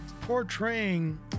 portraying